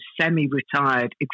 semi-retired